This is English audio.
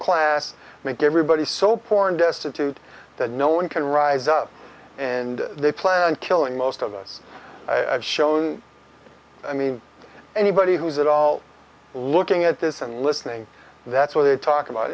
class make everybody so poor and destitute that no one can rise up and they plan on killing most of us i've shown i mean anybody who's at all looking at this and listening that's what they talk about